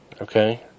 okay